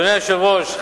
אדוני היושב-ראש,